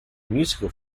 musical